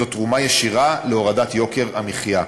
זאת תרומה ישירה להורדת יוקר המחיה.